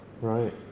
Right